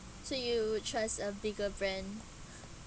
so you trust a bigger brand